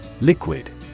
Liquid